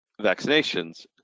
vaccinations